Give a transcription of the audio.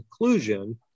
inclusion